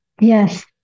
Yes